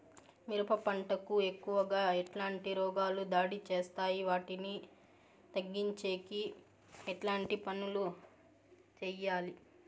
మిరప పంట కు ఎక్కువగా ఎట్లాంటి రోగాలు దాడి చేస్తాయి వాటిని తగ్గించేకి ఎట్లాంటి పనులు చెయ్యాలి?